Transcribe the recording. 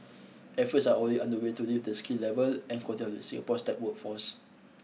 efforts are already underway to lift the skill level and quality of Singapore's tech workforce